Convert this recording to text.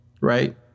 right